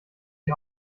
wie